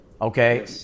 okay